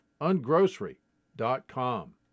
ungrocery.com